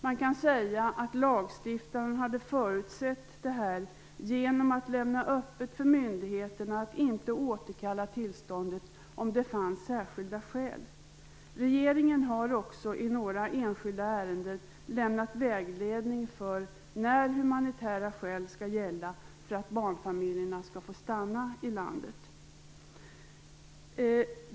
Man kan säga att lagstiftaren hade förutsett detta genom att lämna öppet för myndigheterna att inte återkalla tillståndet om det fanns särskilda skäl. Regeringen har också i några enskilda ärenden lämnat vägledning för när humanitära skäl skall gälla för att barnfamiljer skall få stanna i landet.